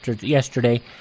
yesterday